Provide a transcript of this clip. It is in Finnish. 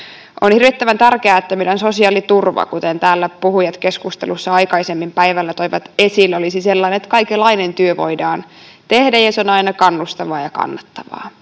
On hirvittävän tärkeää, että meidän sosiaaliturva, kuten täällä puhujat keskustelussa aikaisemmin päivällä toivat esille, olisi sellainen, että kaikenlainen työ voidaan tehdä ja se on aina kannustavaa ja kannattavaa.